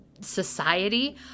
society